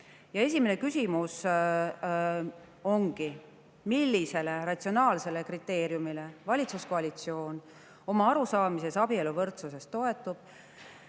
võimalusi. Esimene küsimus: millisele ratsionaalsele kriteeriumile valitsuskoalitsioon oma arusaamises abielu võrdsusest toetub,